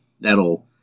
That'll